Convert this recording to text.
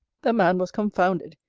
the man was confounded.